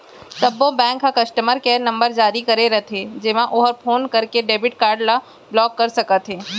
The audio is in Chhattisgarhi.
सब्बो बेंक ह कस्टमर केयर नंबर जारी करे रथे जेमा ओहर फोन करके डेबिट कारड ल ब्लाक कर सकत हे